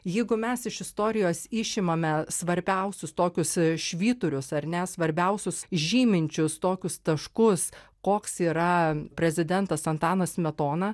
jeigu mes iš istorijos išimame svarbiausius tokius švyturius ar ne svarbiausius žyminčius tokius taškus koks yra prezidentas antanas smetona